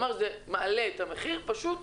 הוא אומר שזה מעלה את המחיר ופשוט